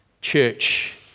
church